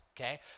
okay